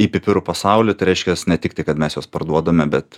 į pipirų pasaulį tai reiškias ne tiktai kad mes juos parduodame bet